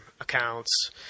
accounts